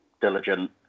diligent